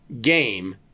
game